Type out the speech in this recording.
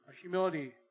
humility